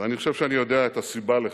ואני חושב שאני יודע את הסיבה לכך,